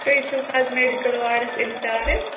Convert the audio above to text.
تُہۍ چھُو حظ میٚڈِکل واڈَس اِنچارٕج